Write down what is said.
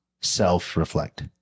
self-reflect